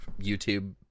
YouTube